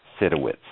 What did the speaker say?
Sidowitz